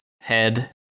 head